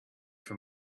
for